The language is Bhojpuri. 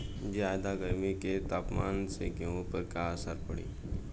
ज्यादा गर्मी के तापमान से गेहूँ पर का असर पड़ी?